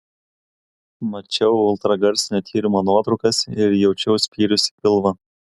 mačiau ultragarsinio tyrimo nuotraukas ir jaučiau spyrius į pilvą